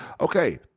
Okay